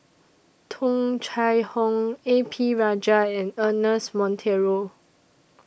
Tung Chye Hong A P Rajah and Ernest Monteiro